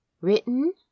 Written